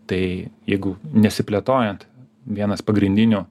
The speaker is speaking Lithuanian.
tai jeigu nesiplėtojat vienas pagrindinių